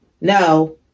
no